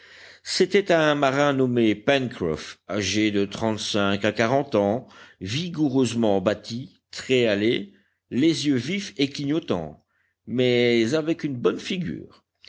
c'était un marin nommé pencroff âgé de trente-cinq à quarante ans vigoureusement bâti très hâlé les yeux vifs et clignotants mais avec une bonne figure